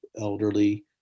elderly